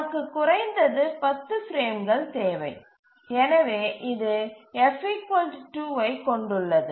நமக்கு குறைந்தது 10 பிரேம்கள் தேவை எனவே இது F 2 ஐக் கொண்டுள்ளது